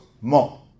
More